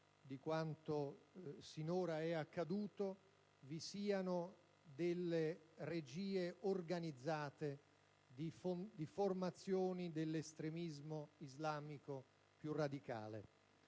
di quanto sinora è accaduto, vi siano regie organizzate di formazioni dell'estremismo islamico più radicale;